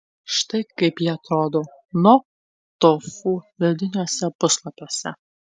štai kaip ji atrodo no tofu vidiniuose puslapiuose